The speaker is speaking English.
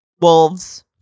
wolves